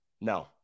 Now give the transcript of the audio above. No